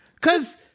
cause